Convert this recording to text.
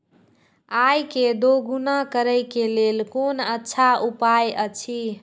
आय के दोगुणा करे के लेल कोन अच्छा उपाय अछि?